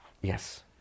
Yes